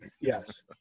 Yes